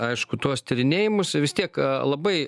aišku tuos tyrinėjimus vis tiek labai